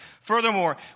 Furthermore